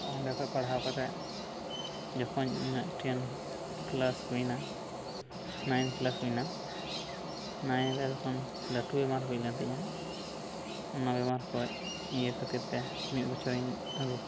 ᱚᱸᱰᱮ ᱠᱷᱚᱱ ᱯᱟᱲᱦᱟᱣ ᱠᱟᱛᱮ ᱡᱚᱠᱷᱚᱱ ᱤᱧᱟᱹᱜ ᱴᱮᱱ ᱠᱞᱟᱥ ᱦᱩᱭᱮᱱᱟ ᱱᱟᱭᱤᱱ ᱠᱞᱟᱥ ᱦᱩᱭᱮᱱᱟ ᱱᱟᱭᱤᱱ ᱨᱮ ᱛᱚᱠᱷᱚᱱ ᱞᱟᱹᱴᱩ ᱵᱮᱢᱟᱨ ᱦᱩᱭᱞᱮᱱ ᱛᱤᱧᱟ ᱚᱱᱟ ᱵᱮᱢᱟᱨ ᱠᱷᱚᱱ ᱤᱭᱟᱹ ᱠᱷᱟᱹᱛᱤᱨ ᱛᱮ ᱢᱤᱫ ᱵᱚᱪᱷᱚᱨᱤᱧ ᱨᱩ